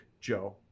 Joe